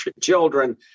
children